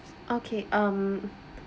okay um